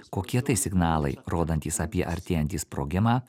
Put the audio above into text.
kokie tai signalai rodantys apie artėjantį sprogimą